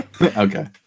Okay